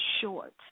short